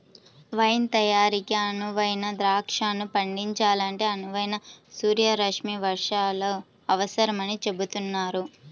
wine తయారీకి అనువైన ద్రాక్షను పండించాలంటే అనువైన సూర్యరశ్మి వర్షాలు అవసరమని చెబుతున్నారు